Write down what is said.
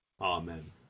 Amen